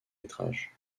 métrages